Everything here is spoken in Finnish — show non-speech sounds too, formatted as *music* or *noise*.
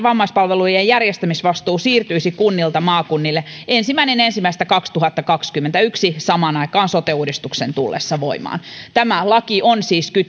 *unintelligible* vammaispalvelujen järjestämisvastuu siirtyisi kunnilta maakunnille ensimmäinen ensimmäistä kaksituhattakaksikymmentäyksi samaan aikaan sote uudistuksen tullessa voimaan tämä laki on siis